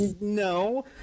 no